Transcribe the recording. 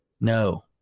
No